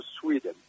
Sweden